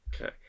Okay